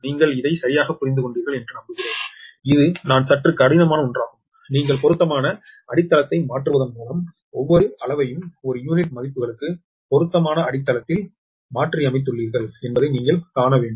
நீங்கள் இதை சரியாக புரிந்து கொண்டீர்கள் என்று நம்புகிறேன் இது நான் சற்று கடினமான ஒன்றாகும் நீங்கள் பொருத்தமான அடித்தளத்தை மாற்றுவதன் மூலம் ஒவ்வொரு அளவையும் ஒரு யூனிட் மதிப்புகளுக்கு பொருத்தமான அடித்தளத்தில் மாற்றியமைத்துள்ளீர்கள் என்பதை நீங்கள் காண வேண்டும்